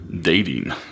dating